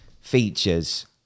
features